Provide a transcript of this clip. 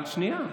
אבל שנייה.